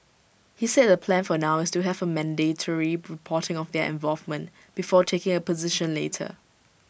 he said the plan for now is to have mandatory reporting of their involvement before taking A position later